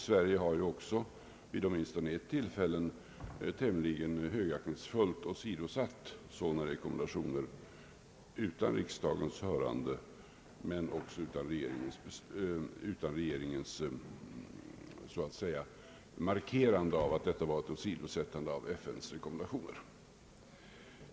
Sverige har också åtminstone vid ett tillfälle tämligen högaktningsfullt åsidosatt sådana rekommendationer utan riksdagens hörande, men också så att säga utan regeringens markerande av att detta var ett åsidosättande av FN:s rekommendationer.